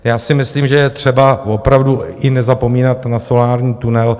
Já si myslím, že je třeba opravdu i nezapomínat na solární tunel.